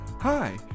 Hi